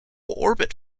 orbit